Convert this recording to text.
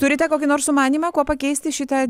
turite kokį nors sumanymą kuo pakeisti šitą